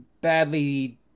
badly